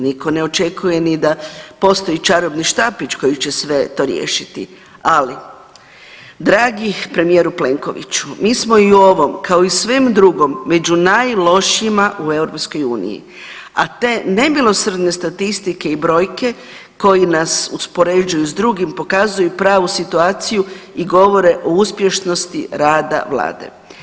Nitko ne očekuje nit da postoji čarobni štapić koji će sve to riješiti, ali dragi premijeru Plenkoviću, mi smo i u ovom, kao i svem drugom među najlošijima u EU, a te nemilosrdne statistike i brojke koji nas uspoređuju s drugima, pokazuju pravu situaciju i govore o uspješnosti rada Vlade.